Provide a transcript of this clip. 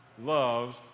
loves